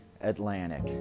atlantic